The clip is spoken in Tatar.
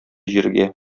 җиргә